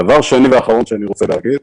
דבר נוסף ואחרון שאני רוצה לומר.